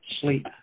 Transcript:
sleep